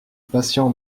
passion